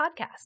podcast